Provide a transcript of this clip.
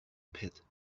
pit